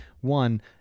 One